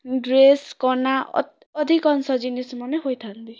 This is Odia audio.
ଡ୍ରେସ୍ କନା ଅଧିକାଂଶ ଜିନିଷ୍ ମାନେ ହୋଇଥାନ୍ତି